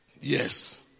Yes